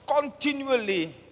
continually